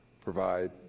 provide